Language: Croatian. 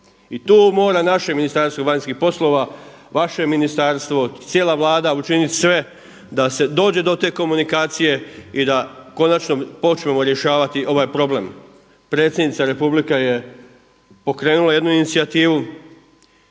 I tu mora naše Ministarstvo vanjskih poslova, vaše ministarstvo, cijela Vlada učiniti sve da se dođe do te komunikacije i da konačno počnemo rješavati ovaj problem. Predsjednica Republike je pokrenula jednu inicijativu